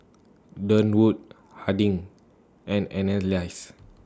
Durwood Harding and Annalise